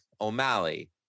O'Malley